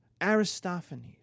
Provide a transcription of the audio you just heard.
Aristophanes